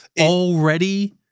already